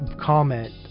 Comment